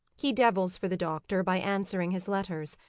he devils for the doctor by answering his letters,